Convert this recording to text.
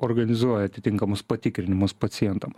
organizuoja atitinkamus patikrinimus pacientam